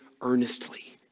earnestly